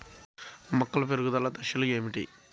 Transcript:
మొక్కల పెరుగుదల దశలు ఏమిటి?